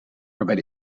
waarbij